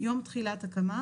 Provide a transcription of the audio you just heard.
"יום תחילת הקמה"